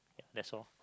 that's all